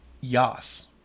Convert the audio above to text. Yas